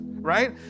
right